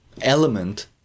element